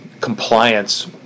compliance